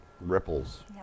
ripples